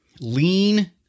lean